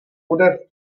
bude